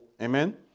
Amen